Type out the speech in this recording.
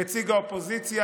נציג האופוזיציה,